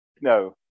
no